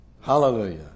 Hallelujah